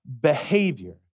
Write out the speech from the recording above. behavior